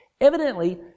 Evidently